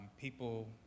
people